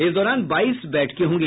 इस दौरान बाईस बैठके होंगी